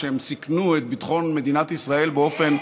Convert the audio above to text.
שהן סיכנו את ביטחון מדינת ישראל באופן,